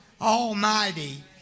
Almighty